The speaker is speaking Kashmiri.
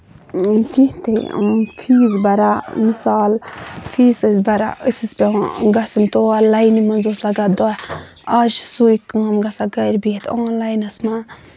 اۭں کیٚنٛہہ تہِ فیٖس بَران مِثال فیٖس ٲسۍ بران أسۍ ٲسۍ پیٚوان گژھُن تور لاینہِ منٛز اوس لَگان دۄہ آز چھُ سُے کٲم گژھان گرِ بِہِتھ آنلاینس منٛز